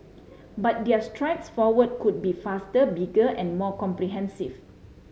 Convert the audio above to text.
but their strides forward could be faster bigger and more comprehensive